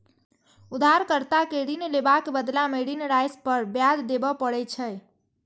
उधारकर्ता कें ऋण लेबाक बदला मे ऋण राशि पर ब्याज देबय पड़ै छै